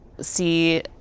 see